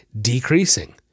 decreasing